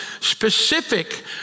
specific